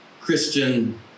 Christian